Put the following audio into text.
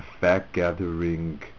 fact-gathering